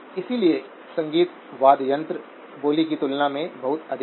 इसलिए संगीत वाद्ययंत्र बोली की तुलना में बहुत अधिक है